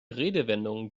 redewendungen